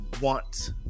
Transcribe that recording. want